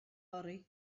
oraibh